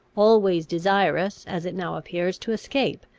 always desirous, as it now appears, to escape,